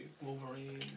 Wolverine